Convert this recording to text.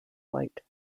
white